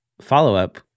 follow-up